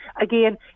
again